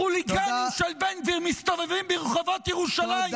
חוליגנים של בן גביר מסתובבים ברחובות ירושלים,